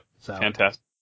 fantastic